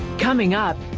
coming up,